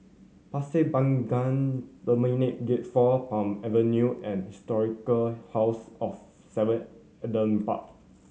Pasir Panjang Terminal Gate Four Palm Avenue and Historic House of Seven Adam Park